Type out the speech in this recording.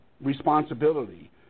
responsibility